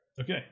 Okay